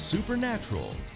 supernatural